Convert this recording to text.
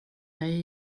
dig